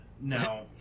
No